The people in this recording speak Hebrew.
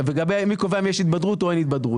לגבי מי קובע אם יש התבדרות או אין התבדרות.